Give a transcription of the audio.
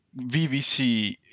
VVC